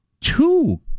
two